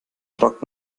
fragt